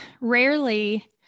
rarely